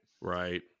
Right